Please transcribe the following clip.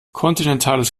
kontinentales